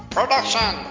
Production